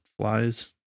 flies